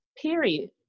period